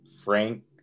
Frank